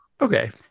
okay